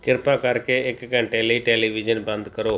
ਕਿਰਪਾ ਕਰਕੇ ਇੱਕ ਘੰਟੇ ਲਈ ਟੈਲੀਵਿਜ਼ਨ ਬੰਦ ਕਰੋ